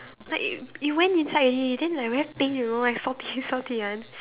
but it it went inside already then like very pain you know like salty salty one